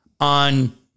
on